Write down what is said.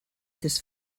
this